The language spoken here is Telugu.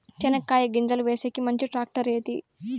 చెనక్కాయ గింజలు వేసేకి మంచి టాక్టర్ ఏది?